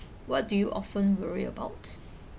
what do you often worry about